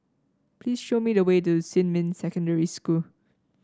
please show me the way to Xinmin Secondary School